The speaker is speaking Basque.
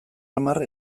hamar